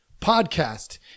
podcast